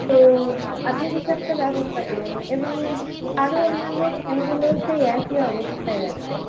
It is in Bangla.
তো আপনি কিছু একটা ব্যবস্থা করুন এবং আরো অন্যান্য ফ্যানগুলো সেই একই অবস্থায় আছে